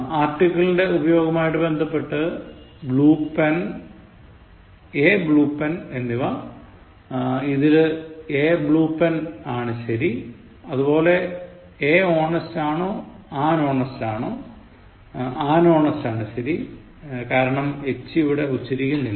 ആർട്ടിക്കിളിന്റ്നെ ഉയോഗവുമായി ബന്ധപ്പെട്ട് blue pena blue pen എന്നിവ ഇതിൽ a blue pen ശരി അതുപോലെ a honest ആണോ an honest ആണോ an honest ആണ് ശരി കാരണം h ഇവിടെ ഉച്ചരിക്കുന്നില്ല